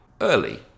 early